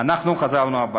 אנחנו חזרנו הביתה.